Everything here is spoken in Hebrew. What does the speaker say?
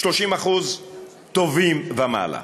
30% טובים ומעלה.